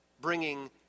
bringing